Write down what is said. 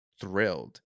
thrilled